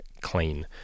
clean